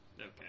Okay